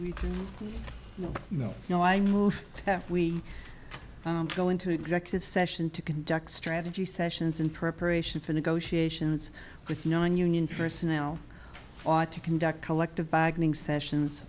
need no no no i mean we go into executive session to conduct strategy sessions in preparation for negotiations with nonunion personnel ought to conduct collective bargaining sessions